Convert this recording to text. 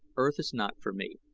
earth is not for me.